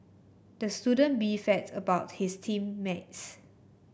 the student beefed about his team mates